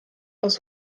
aus